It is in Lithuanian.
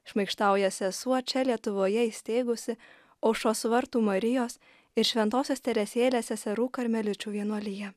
šmaikštauja sesuo čia lietuvoje įsteigusi aušros vartų marijos ir šventosios teresėlės seserų karmeličių vienuoliją